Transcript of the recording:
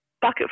bucket